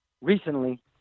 recently